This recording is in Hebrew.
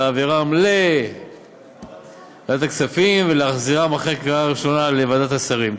להעבירן לוועדת הכספים ולהחזירן אחרי קריאה ראשונה לוועדת השרים.